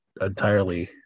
entirely